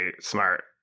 smart